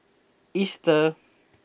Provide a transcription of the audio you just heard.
Easter